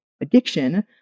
addiction